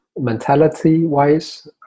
mentality-wise